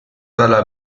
dalla